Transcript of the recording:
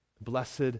Blessed